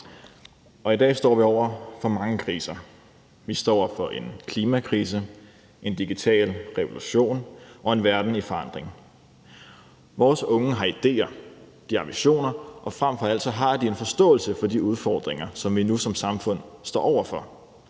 I dag står vi over for mange kriser. Vi står over for en klimakrise, en digital revolution og en verden i forandring. Vores unge har idéer og ambitioner, og frem for alt har de en forståelse for de udfordringer, som vi nu som samfund står over for.